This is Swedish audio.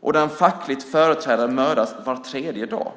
och där en facklig företrädare mördas var tredje dag.